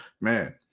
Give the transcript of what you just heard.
man